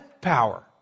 power